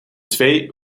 twee